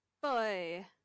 boy